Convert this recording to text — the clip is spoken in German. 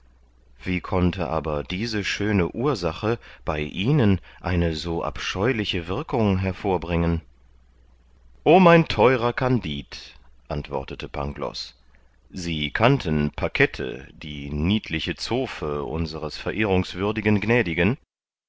wie konnte aber diese schöne ursache bei ihnen eine so abscheuliche wirkung hervorbringen o mein theurer kandid antwortete pangloß sie kannten pakette die niedliche zofe unserer verehrungswürdigen gnädigen